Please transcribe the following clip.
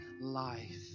life